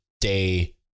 day